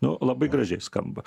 nu labai gražiai skamba